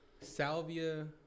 salvia